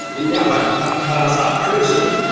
yeah, but but but as ah a person,